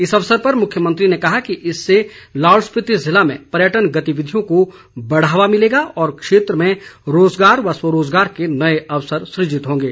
इस अवसर पर मुख्यमंत्री ने कहा कि इससे लाहौल स्पीति जिले में पर्यटन गतिविधियों को बढ़ावा मिलेगा और क्षेत्र में रोज़गार व स्वरोज़गार के नए अवसर सुजित होंगे